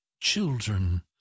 children